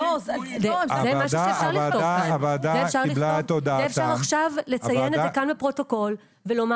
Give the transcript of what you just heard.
זה אפשר עכשיו לציין את זה כאן בפרוטוקול ולומר